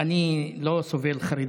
אני לא סובל חרדים,